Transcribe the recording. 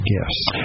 gifts